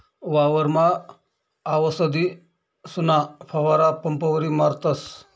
वावरमा आवसदीसना फवारा पंपवरी मारतस